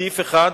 בסעיף 1,